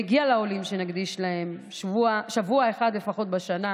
מגיע לעולים שנקדיש להם שבוע אחד לפחות בשנה,